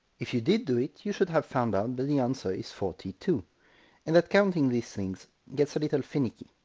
if you did do it, you should have found out that and the answer is forty-two and that counting these things gets a little finicky.